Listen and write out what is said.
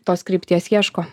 tos krypties ieško